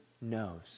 knows